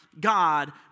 God